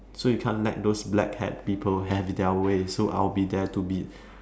so you can't let those black hat people have their way so I'll be there to be